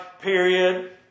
period